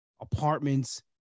apartments